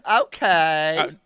okay